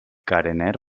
carener